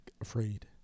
afraid